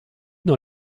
dans